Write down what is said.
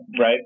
right